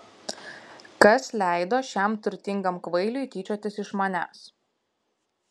kas leido šiam turtingam kvailiui tyčiotis iš manęs